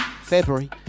February